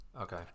Okay